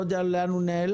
אני לא יודע לאן הוא נעלם.